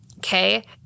Okay